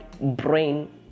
brain